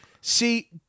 see